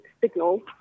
signal